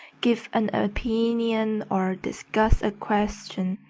give an opinion, or discuss a question,